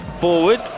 forward